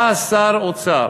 בא שר אוצר